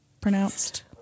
pronounced